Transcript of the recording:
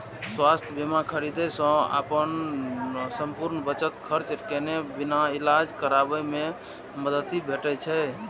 स्वास्थ्य बीमा खरीदै सं अपन संपूर्ण बचत खर्च केने बिना इलाज कराबै मे मदति भेटै छै